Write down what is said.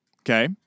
Okay